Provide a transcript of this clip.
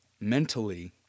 mentally